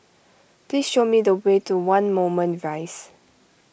please show me the way to one Moulmein Rise